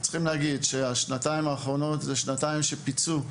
השנתיים האחרונות פיצו,